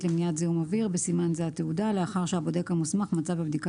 למניעת זיהום אוויר (בסימן זה התעודה) לאחר שהבודק המוסמך מצא בבדיקה